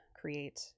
create